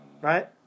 Right